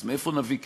אז מאיפה נביא כסף?